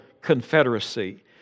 confederacy